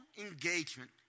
engagement